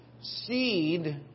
seed